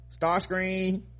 Starscreen